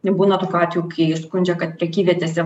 būna tokių atvejų kai skundžia kad prekyvietėse